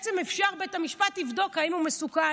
בית המשפט יבדוק אם הוא מסוכן.